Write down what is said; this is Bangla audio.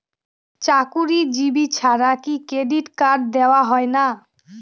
চাকুরীজীবি ছাড়া কি ক্রেডিট কার্ড দেওয়া হয় না?